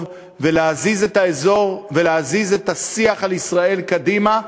להזיז את האזור ולהזיז את השיח על ישראל קדימה,